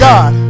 God